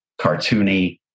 cartoony